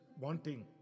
wanting